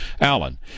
Allen